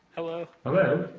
hello. hello?